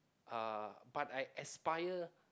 uh but I aspire